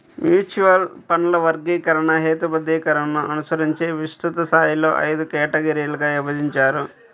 mutual ఫండ్ల వర్గీకరణ, హేతుబద్ధీకరణను అనుసరించి విస్తృత స్థాయిలో ఐదు కేటగిరీలుగా విభజించారు